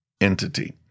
entity